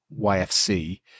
YFC